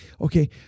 Okay